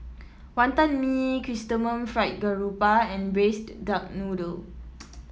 Wonton Mee Chrysanthemum Fried Garoupa and Braised Duck Noodle